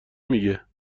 میگه